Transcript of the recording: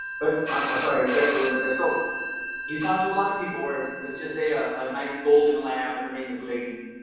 but i'm sorry. regressed a little bit there. so you talk to a lot of people were, let's just say ah a nice golden lab. her name is lady.